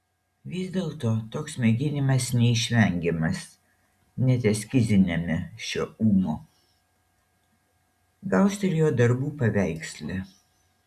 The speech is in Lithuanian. vis dėlto toks mėginimas neišvengiamas net eskiziniame šio ūmo gaus ir jo darbų paveiksle